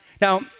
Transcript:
Now